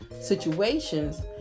situations